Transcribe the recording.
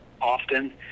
often